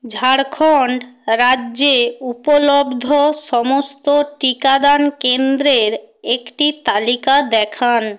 ঝাড়খন্ড রাজ্যে উপলব্ধ সমস্ত টিকাদান কেন্দ্রের একটি তালিকা দেখান